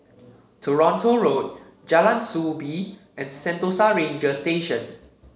Toronto Road Jalan Soo Bee and Sentosa Ranger Station